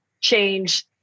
change